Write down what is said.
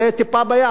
זה טיפה בים.